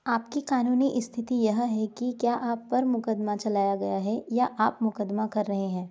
आपकी कानूनी स्थिति यह है कि क्या आप पर मुकदमा चलाया गया है या आप मुकदमा कर रहे हैं